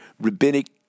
rabbinic